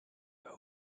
pas